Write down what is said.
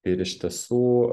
ir iš tiesų